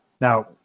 Now